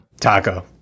Taco